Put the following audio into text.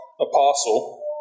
apostle